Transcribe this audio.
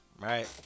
Right